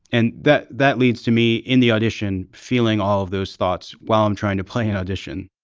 and that that leads to me in the audition feeling all of those thoughts while i'm trying to play an audition